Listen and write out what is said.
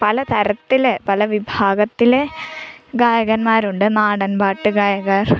പല തരത്തിൽ പല വിഭാഗത്തിലെ ഗായകന്മാരുണ്ട് നാടൻ പാട്ട് ഗായകർ